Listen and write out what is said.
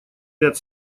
ряд